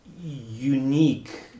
unique